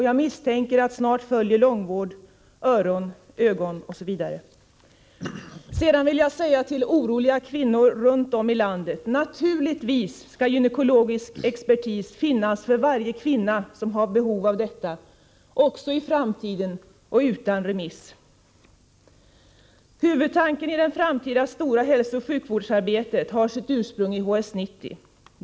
Jag misstänker att snart följer långvård, öron, ögon osv. Sedan vill jag säga till oroliga kvinnor runt om i landet: Naturligtvis skall gynekologisk expertis finnas för varje kvinna som har behov av detta — också i framtiden och utan remiss. Huvudtanken för det framtida stora hälsooch sjukvårdsarbetet har sitt ursprung i HS-90.